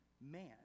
man